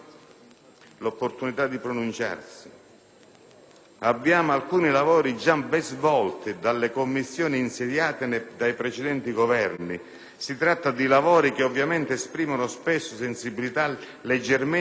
«abbiamo alcuni lavori già ben svolti dalle commissioni insediate dai precedenti Governi; si tratta di lavori che ovviamente esprimono spesso sensibilità leggermente diverse rispetto a quelle di questo nostro